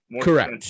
correct